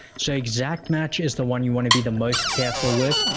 so exact match is the one you want to be the most careful with,